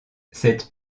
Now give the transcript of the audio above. cette